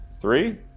three